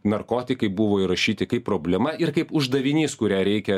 narkotikai buvo įrašyti kaip problema ir kaip uždavinys kurią reikia